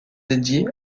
dédiés